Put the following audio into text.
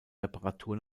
reparatur